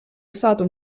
usato